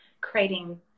creating